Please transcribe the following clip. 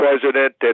president